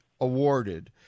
awarded